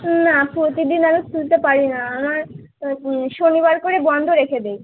না প্রতিদিন আমি খুলতে পারি না আমার শনিবার করে বন্ধ রেখে দেই